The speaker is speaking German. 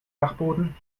dachboden